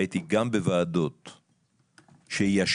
הייתי גם בוועדות שישבו